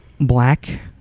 Black